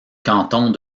canton